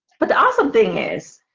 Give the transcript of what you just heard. but the awesome thing is